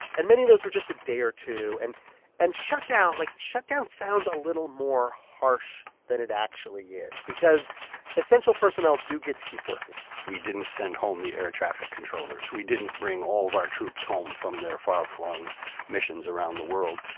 and many of those were just a day or two. and and shut shut down like, shut down sounds a little more harsh than it actually is because essential personnel do get to keep working we didn't send home the air traffic controllers. we didn't bring all of our troops home from their far-flung missions around the world.